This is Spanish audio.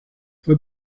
fue